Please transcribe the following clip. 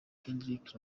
kendrick